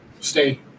Stay